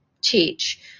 teach